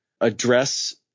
address